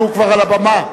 שהוא כבר על הבמה,